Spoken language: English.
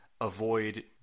avoid